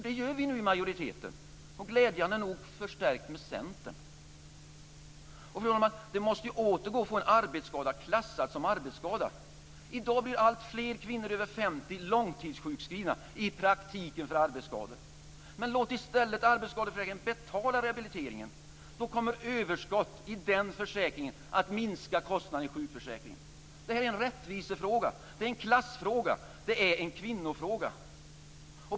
Det gör vi nu i majoriteten, glädjande nog förstärkt med Centern. Fru talman! Det måste åter gå att få en arbetsskada klassad som arbetsskada. I dag blir alltfler kvinnor över 50 långtidssjukskrivna, i praktiken för arbetsskador. Låt i stället arbetsskadeförsäkringen betala rehabiliteringen. Då kommer överskottet i den försäkringen att minska kostnaderna i sjukförsäkringen. Det här är en rättvisefråga, det är en klassfråga, det är en kvinnofråga.